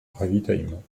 ravitaillement